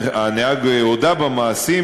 הנהג הודה במעשים.